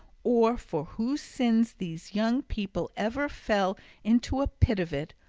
or for whose sins these young people ever fell into a pit of it,